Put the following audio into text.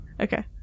Okay